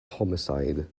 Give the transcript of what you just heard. homicide